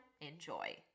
enjoy